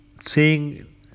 seeing